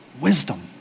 wisdom